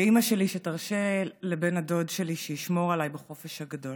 מאימא שלי שתרשה לבן הדוד שלי לשמור עליי בחופש הגדול.